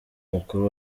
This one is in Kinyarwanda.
mukuru